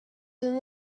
than